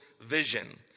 vision